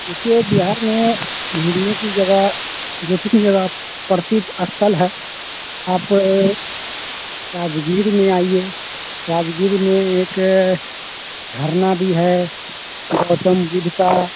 देखिए बिहार में घूमने की जगह जो जगह आप प्रसिद्ध स्थल हैं आप राजगीर में आइए राजगीर में एक झरना भी है गौतम बुद्ध का